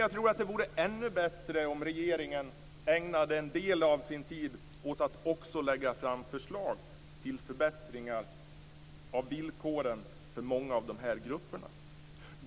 Jag tror dock att det vore ännu bättre om regeringen ägnade en del av sin tid åt att också lägga fram förslag till förbättringar av villkoren för många av de grupper som det gäller.